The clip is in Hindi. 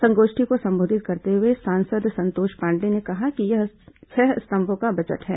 संगोष्ठी को संबोधित करते हुए सांसद संतोष पांडेय ने कहा कि यह छह स्तंभों का बजट है